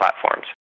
platforms